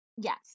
Yes